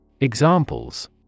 Examples